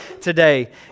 today